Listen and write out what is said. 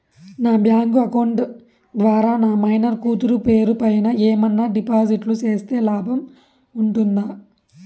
నా bank account ద్వారా నా మైనర్ కూతురు పేరు పైన ఏమన్నా డిపాజిట్లు సేస్తే లాభం ఉంటుందా?